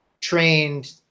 trained